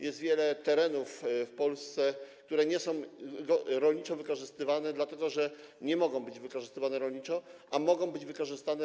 Jest wiele terenów w Polsce, które nie są rolniczo wykorzystywane, dlatego że nie mogą być rolniczo wykorzystywane, a mogą być wykorzystane.